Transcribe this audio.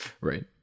right